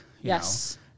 Yes